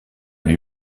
lui